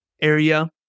area